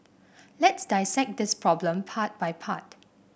let's dissect this problem part by part